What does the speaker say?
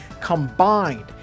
combined